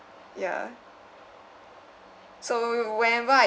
ya so whenever I